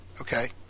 Okay